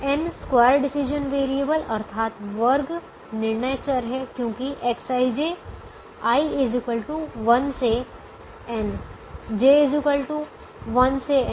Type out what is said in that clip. n square decision variable अर्थात वर्ग निर्णय चर हैं क्योंकि Xij i 1 से n j 1 से n